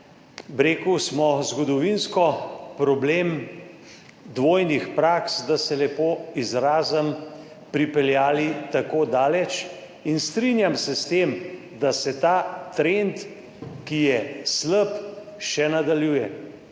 da smo zgodovinsko problem dvojnih praks, da se lepo izrazim, pripeljali tako daleč in strinjam se s tem, da se ta trend, ki je slab, še nadaljuje.